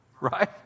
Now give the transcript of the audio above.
Right